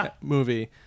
movie